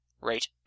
Right